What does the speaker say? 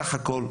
סך הכול,